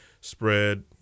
spread